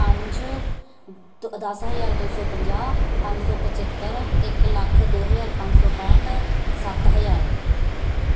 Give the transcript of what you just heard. ਪੰਜ ਦਸ ਹਜ਼ਾਰ ਦੋ ਸੌ ਪੰਜਾਹ ਪੰਜ ਸੌ ਪਝੱਤਰ ਇੱਕ ਲੱਖ ਦੋ ਹਜ਼ਾਰ ਪੰਜ ਸੌ ਪੈਂਹਠ ਸੱਤ ਹਜ਼ਾਰ